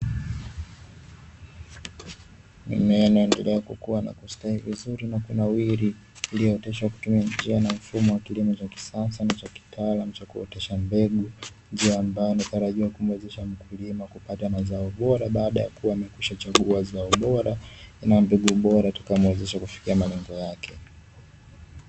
Mimea inaendelea kukua, na kustawi vizuri na kunawiri, iliyooteshwa kwa kutumia njia na mfumo wa kilimo cha kisasa na cha kitaalamu cha kuotesha mbegu. Njia ambayo initarajiwa kumuwezesha mkulima kupata mazao bora baada ya kuwa amekwisha chagua zao bora na mbegu bora, itakayomuwezesha kufikia malengo yake.